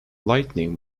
lightning